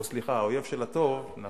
סליחה, האויב של הטוב --- זה הטוב יותר.